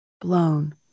blown